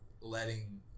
letting